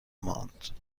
ماند